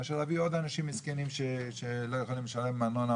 מאשר להביא עוד אנשים מסכנים שלא יכולים לשלם ארנונה,